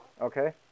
Okay